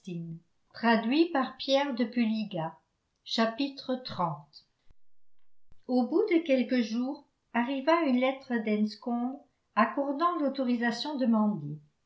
au bout de quelques jours arriva une lettre d'enscombe accordant l'autorisation demandée